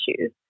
issues